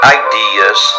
ideas